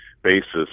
basis